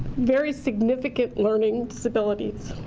very significant learning disabilities.